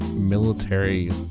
military